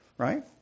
Right